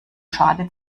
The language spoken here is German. schale